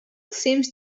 seems